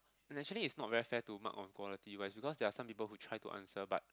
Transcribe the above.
no actually it's not very fair to mark on quality but it's because there are some people who try to answer but